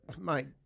Mate